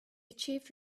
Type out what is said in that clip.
achieved